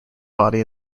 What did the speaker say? body